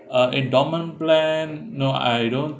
uh endowment plan no I don't